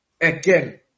again